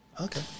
Okay